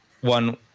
one